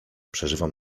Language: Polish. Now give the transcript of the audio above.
przeżywam